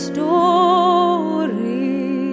Story